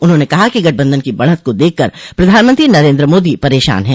उन्होंने कहा कि गठबन्धन की बढ़त को देखकर प्रधानमंत्री नरेन्द्र मोदी परेशान हैं